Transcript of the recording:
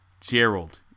Gerald